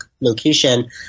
location